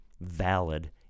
valid